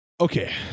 Okay